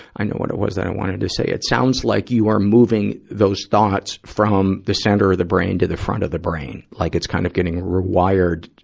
i know what it was that i wanted to say. it sounds like you were moving those thoughts from the center of the brain to the front of the brain, like it's kind of getting rewired,